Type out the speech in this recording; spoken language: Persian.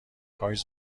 کاش